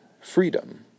freedom